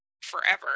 forever